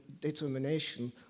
determination